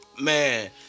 man